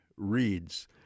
Reads